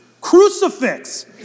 Crucifix